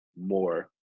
more